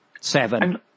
Seven